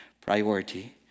priority